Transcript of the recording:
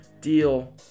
deal